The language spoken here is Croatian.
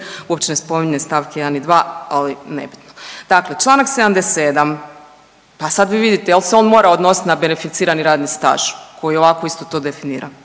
uopće ne spominje stavke 1. i 2. ali nebitno. Dakle, Članak 77. pa sad vi vidite jel se on mora odnositi na beneficirani radni staž koji je ovako isto to definira.